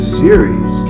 series